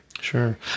Sure